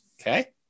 okay